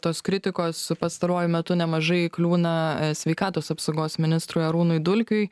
tos kritikos pastaruoju metu nemažai kliūna sveikatos apsaugos ministrui arūnui dulkiui